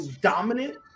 dominant